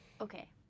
Okay